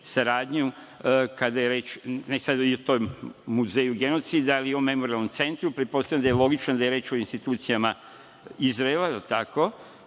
kada je reč ne samo o tom Muzeju genocida, ali o Memorijalnom centru? Pretpostavljam da je logično, da je reč o institucijama Izraela, je li tako,